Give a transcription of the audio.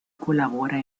colabora